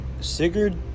Sigurd